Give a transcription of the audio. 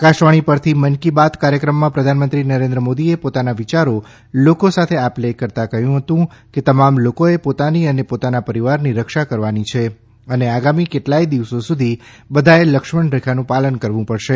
આકાશવાણી પરથી મન કી બાત કાર્યક્રમમાં પ્રધાનમંત્રી નરેન્દ્ર મોદીએ પોતાના વિયારો લોકો સાથે આપ લે કરતા કહ્યું કે તમામ લોકોએ પોતાની અને પોતાના પરિવારની રક્ષા કરવાની છે અને આગામી કેટલાય દિવસો સુધી બધાચે લક્ષમણરેખાનું પાલન કરવું પડશે